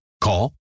Call